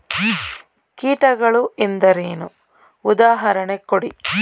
ಕೀಟಗಳು ಎಂದರೇನು? ಉದಾಹರಣೆ ಕೊಡಿ?